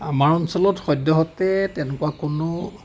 আমাৰ অঞ্চলত সদ্যহতে তেনেকুৱা কোনো